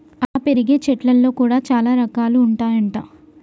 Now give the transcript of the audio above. ఆ పెరిగే చెట్లల్లో కూడా చాల రకాలు ఉంటాయి అంట